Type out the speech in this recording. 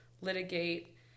litigate